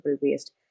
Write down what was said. waste